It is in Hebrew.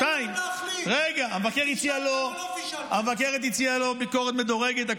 שתיים, המבקרת הציעה לו ביקורת מדורגת.